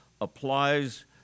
applies